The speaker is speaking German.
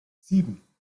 sieben